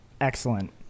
excellent